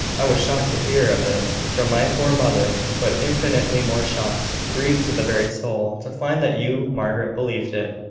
i was shocked to hear of it from my poor mother but infinitely more shocked grieved to the very soul, to find that you, margaret, believed it.